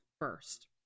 first